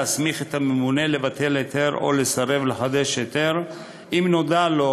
להסמיך את הממונה לבטל היתר או לסרב לחדש היתר אם נודע לו